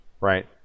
right